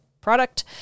product